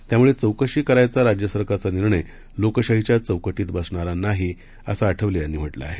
त्यामुळेचौकशीकरायचाराज्यसरकारचानिर्णयलोकशाहीच्याचौकटीतबसणारानाहीअसंआठवलेयांनीम्हटलंआहे